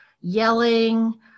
yelling